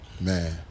Man